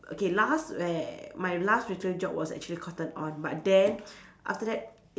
okay last where my last recent job was actually cotton on but then after that